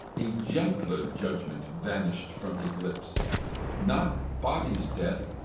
a gentler judgment vanish'd from his lips not body's death,